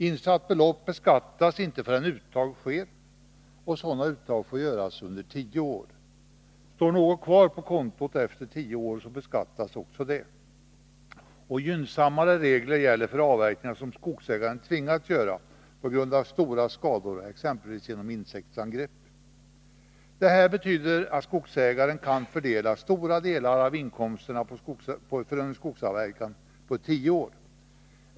Insatt belopp beskattas inte förrän uttag sker, och sådana uttag får göras under tio år. Står något kvar på kontot efter tio år beskattas också det. Gynnsammare regler gäller för skogsavverkningar som skogsägaren tvingats göra på grund av stora skador, exempelvis genom insektsangrepp. Detta betyder att skogsägare kan fördela stora delar av inkomsterna från en skogsavverkan på tio år.